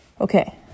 Okay